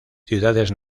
ciudades